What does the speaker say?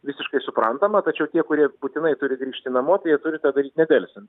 visiškai suprantama tačiau tie kurie būtinai turi grįžti namo tai jie turi tą daryt nedelsiant